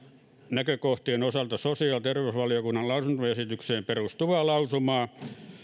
näkökohtien osalta sosiaali ja terveysvaliokunnan lausuntoesitykseen perustuvaa lausumaa